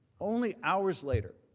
only hours later.